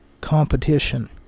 competition